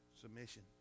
Submission